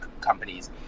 companies